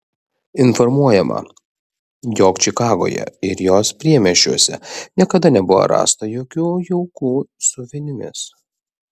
informuojama jog čikagoje ir jos priemiesčiuose niekada nebuvo rasta jokių jaukų su vinimis